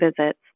visits